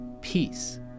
peace